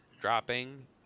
dropping